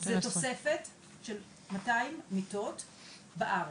זה תוספת של 200 מיטות בארץ,